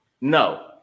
no